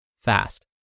fast